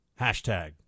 Hashtag